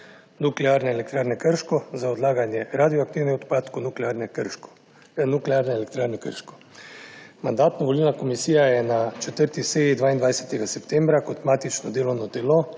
Nuklearne elektrarne Krško za odlaganje radioaktivnih odpadkov Nuklearne elektrarne Krško. Mandatno-volilna komisija je na 4. seji 22. septembra kot matično delovno telo